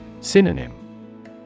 Synonym